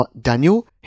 Daniel